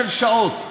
של שעות.